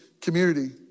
community